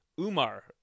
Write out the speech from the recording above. Umar